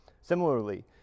Similarly